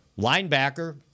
linebacker